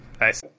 Nice